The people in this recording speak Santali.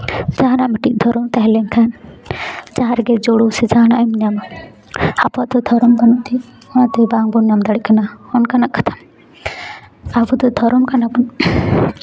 ᱡᱟᱦᱟᱱᱟᱜ ᱢᱤᱫᱴᱤᱡ ᱫᱷᱚᱨᱚᱢ ᱛᱟᱦᱮᱸ ᱞᱮᱱᱠᱷᱟᱱ ᱡᱟᱦᱟᱸ ᱨᱮᱜᱮ ᱡᱳᱲᱳ ᱥᱮ ᱡᱟᱦᱟᱱᱟᱜ ᱮᱢ ᱧᱟᱢᱟ ᱟᱵᱚᱣᱟᱜ ᱫᱚ ᱫᱷᱚᱨᱚᱢ ᱫᱚ ᱴᱷᱤᱠ ᱚᱱᱟᱛᱮ ᱵᱟᱝ ᱵᱚᱱ ᱧᱟᱢ ᱫᱟᱲᱮᱭᱟᱜ ᱠᱟᱱᱟ ᱚᱱᱠᱟᱱᱟᱜ ᱠᱟᱛᱷᱟ ᱟᱵᱚ ᱫᱚ ᱫᱷᱚᱨᱚᱢ ᱠᱟᱱᱟᱵᱚᱱ